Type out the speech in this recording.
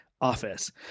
Office